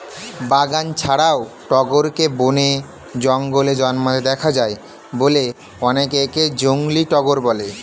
বাগান ছাড়াও টগরকে বনে, জঙ্গলে জন্মাতে দেখা যায় বলে অনেকে একে জংলী টগর বলে